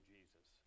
Jesus